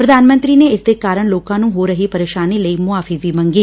ਪੁਧਾਨ ਮੰਤਰੀ ਨੇ ਇਸਦੇ ਕਾਰਨ ਲੋਕਾਂ ਨੂੰ ਹੋ ਰਹੀ ਪਰੇਸ਼ਾਨੀ ਲਈ ਮੁਆਫੀ ਵੀ ਮੰਗੀ